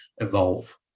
evolve